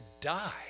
die